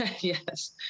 Yes